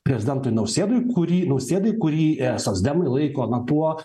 prezidentui nausėdui kurį nausėdai kurį socdemai laiko na tuo